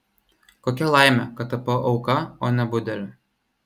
kokia laimė kad tapau auka o ne budeliu